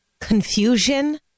confusion